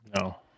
No